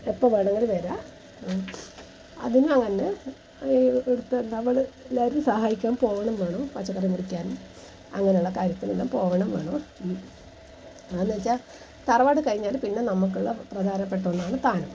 എപ്പോൾ വേണങ്കിലും വരാം അതിനു അങ്ങനെ തന്നെ ഇവിടുത്തെ നമ്മൾ എല്ലാവരും സഹായിക്കാൻ പോകണം വേണം പച്ചക്കറി മുറിക്കാനും അങ്ങനെയുള്ള കാര്യത്തിനെല്ലാം പോകണം വേണം എന്നു വെച്ചാൽ തറവാട് കഴിഞ്ഞാണ് പിന്നെ നമുക്കുള്ള പ്രധാനപ്പെട്ട ഒന്നാണ് താനം